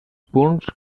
punts